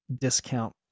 discount